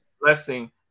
Blessing